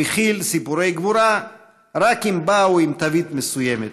הוא הכיל סיפורי גבורה רק אם באו עם תווית מסוימת